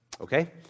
okay